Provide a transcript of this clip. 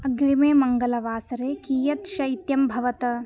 अग्रिमे मङ्गलवासरे कियत् शैत्यं भवत